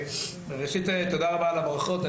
תודה רבה על הברכות,